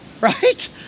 right